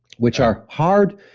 which are hard.